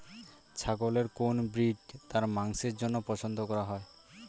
ছাগলের কোন ব্রিড তার মাংসের জন্য পছন্দ করা হয়?